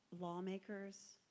lawmakers